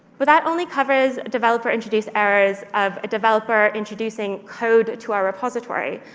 but that only covers developer-introduced errors of a developer introducing code to our repository.